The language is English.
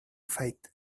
fate